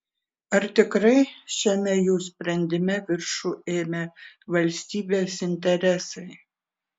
ar tikrai šiame jų sprendime viršų ėmė valstybės interesai